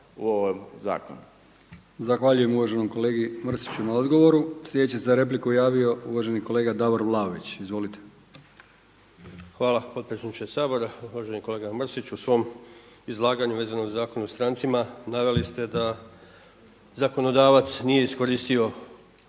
u ovom zakonu.